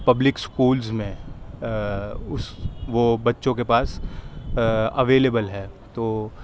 public schools میں اُس وہ بچوں کے پاس اویلیبل ہے تو